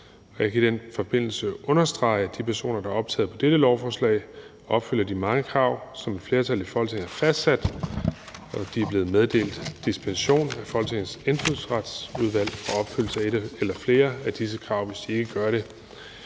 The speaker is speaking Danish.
Jeg vil i den forbindelse understrege, at de personer, der er optaget på dette lovforslag, opfylder de mange krav, som et flertal i Folketinget har fastsat, og de er blevet meddelt dispensation af Folketingets Indfødsretsudvalg fra opfyldelse af et eller flere af disse krav, hvis de ikke gør det.